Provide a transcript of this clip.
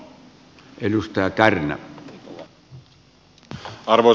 arvoisa puhemies